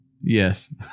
Yes